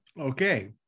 Okay